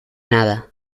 nada